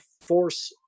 force